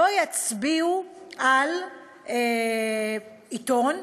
לא יצביעו על עיתון,